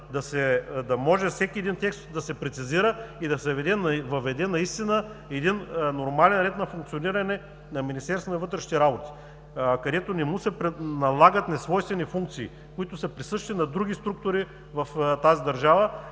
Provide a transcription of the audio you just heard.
да може всеки един текст да се прецизира и да се въведе нормален ред на функциониране на Министерството на вътрешните работи, където не му се налагат несвойствени функции, присъщи на други структури в тази държава.